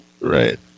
Right